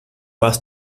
was